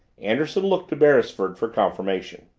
anderson looked to beresford for confirmation.